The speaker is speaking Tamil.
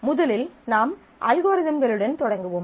முதலில் நாம் அல்காரிதம்களுடன் தொடங்குவோம்